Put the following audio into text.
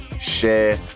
share